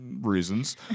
reasons